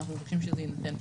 אנחנו מבקשים שזה יינתן פה.